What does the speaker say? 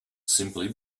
simply